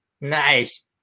Nice